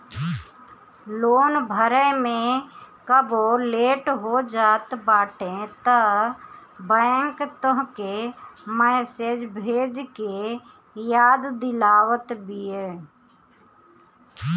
loan भरे में कबो लेट हो जात बाटे तअ बैंक तोहके मैसेज भेज के याद दिलावत बिया